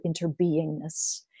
interbeingness